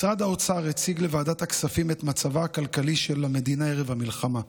משרד האוצר הציג לוועדת הכספים את מצבה הכלכלי של המדינה ערב המלחמה.